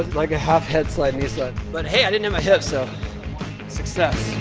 like a half head slightly slut, but hey i didn't hit my hip so success